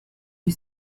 you